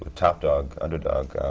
topdog underdog,